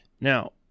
Now